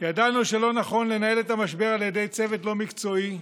ידענו שלא נכון לנהל את המשבר על ידי צוות לא מקצועי,